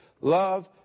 love